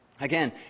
Again